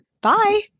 bye